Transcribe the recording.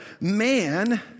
man